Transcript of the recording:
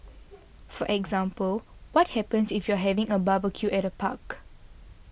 for example what happens if you're having a barbecue at a park